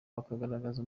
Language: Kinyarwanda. bakagaragaza